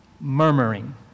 murmuring